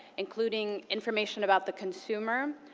including information about the consumer,